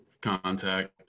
contact